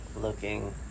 looking